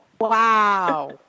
wow